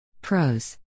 Pros